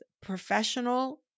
professional